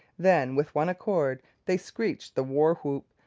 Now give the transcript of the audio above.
then with one accord they screeched the war-whoop,